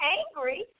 angry